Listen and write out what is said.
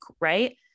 right